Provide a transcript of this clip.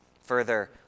...further